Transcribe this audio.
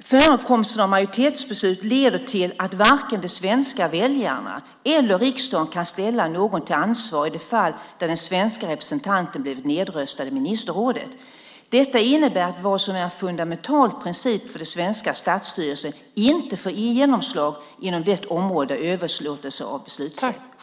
förekomsten av majoritetsbeslut leder till att varken de svenska väljarna eller riksdagen kan ställa någon till ansvar i det fall då den svenske representanten blivit nedröstad i ministerrådet. Detta innebär att vad som är en fundamental princip för det svenska statsstyret inte får genomslag inom området överlåtelse av beslutsrätt.